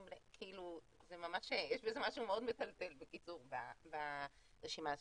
יש בזה משהו מאוד מטלטל ברשימה הזו.